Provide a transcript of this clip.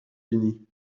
unis